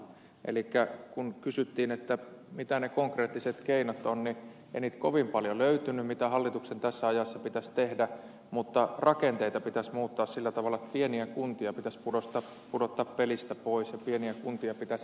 elikkä kun kysyttiin mitä ne konkreettiset keinot ovat niin ei niitä kovin paljon löytynyt mitä hallituksen tässä ajassa pitäisi tehdä mutta rakenteita pitäisi muuttaa sillä tavalla että pieniä kuntia pitäisi pudottaa pelistä pois ja pieniä kuntia pitäisi listiä